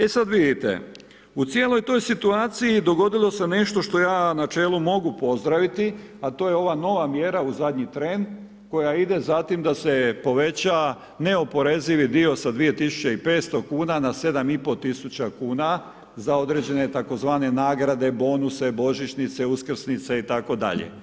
E sada vidite, u cijeloj toj situaciji dogodilo se nešto što ja u načelu mogu pozdraviti, a to je ova nova mjera u zadnji tren, koja ide zatim da se poveća neoporezivi dio sa 2.500,00 kn na 7.500,00 kn za određene tzv. nagrade, bonuse, Božićnice, Uskrsnice itd.